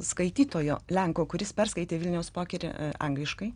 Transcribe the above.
skaitytojo lenko kuris perskaitė vilniaus pokerį angliškai